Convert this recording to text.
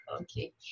Okay